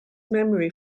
memory